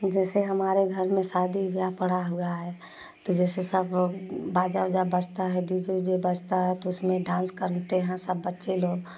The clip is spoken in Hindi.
कि जैसे हमारे घर में शादी ब्याह पड़ा हुआ है तो जैसे सब बाजा उजा बजता है डीजे उजे बजता है तो उसमें डांस करते हैं सब बच्चे लोग